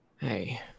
Hey